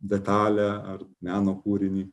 detalę ar meno kūrinį